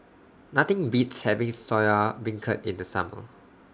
Nothing Beats having Soya Beancurd in The Summer